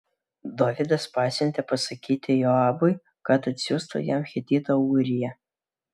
dovydas pasiuntė pasakyti joabui kad atsiųstų jam hetitą ūriją